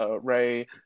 Ray